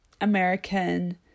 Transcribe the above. American